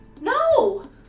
No